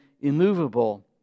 immovable